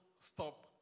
Stop